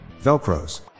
Velcros